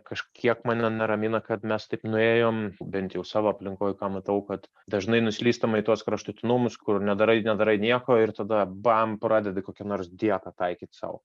kažkiek mane neramina kad mes taip nuėjom bent jau savo aplinkoj ką matau kad dažnai nuslystama į tuos kraštutinumus kur nedarai nedarai nieko ir tada bam pradedi kokią nors dietą taikyt sau